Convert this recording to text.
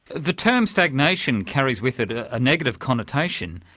the term stagnation carries with it a negative connotation.